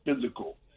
physical